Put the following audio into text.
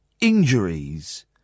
injuries